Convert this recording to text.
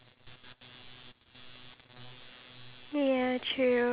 do you think society should actually educate both